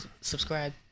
subscribe